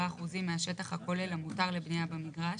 אחוזים מהשטח הכולל המותר לבנייה במגרש,